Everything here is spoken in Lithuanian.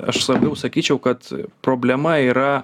aš labiau sakyčiau kad problema yra